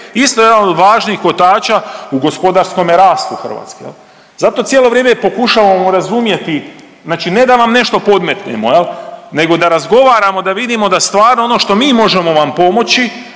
isto jedan od važnih kotača u gospodarskome rastu Hrvatske. Zato cijelo vrijeme pokušavamo razumjeti, znači ne da vam nešto podmetnemo, nego da razgovaramo, da vidimo, da stvarno ono što mi možemo vam pomoći,